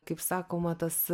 kaip sakoma tas